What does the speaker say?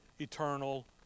eternal